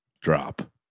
drop